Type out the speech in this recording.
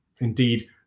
Indeed